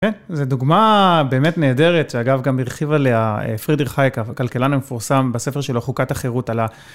כן, זו דוגמה באמת נהדרת, שאגב, גם הרחיב עליה פרידריך הייקה, הכלכלן המפורסם בספר שלו, חוקת החירות על ה.